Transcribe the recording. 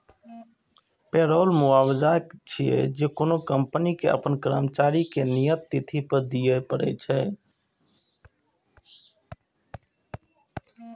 payroll मुआवजा छियै, जे कोनो कंपनी कें अपन कर्मचारी कें नियत तिथि पर दियै पड़ै छै